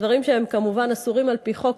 דברים שהם כמובן אסורים על-פי חוק,